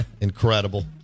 incredible